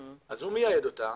אז הוא מייעד אותה,